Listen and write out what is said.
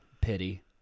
Pity